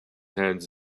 hands